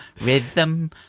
rhythm